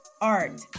art